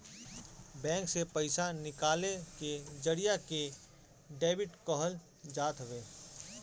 bank से पईसा निकाले के जरिया के डेबिट कहल जात हवे